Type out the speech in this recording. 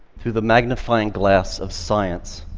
through the magnifying glass of science,